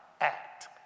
act